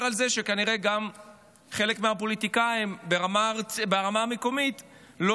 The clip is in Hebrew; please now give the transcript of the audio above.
על זה שכנראה גם חלק מהפוליטיקאים ברמה המקומית לא